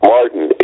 Martin